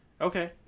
Okay